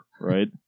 right